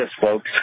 folks